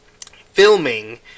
filming